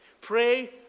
Pray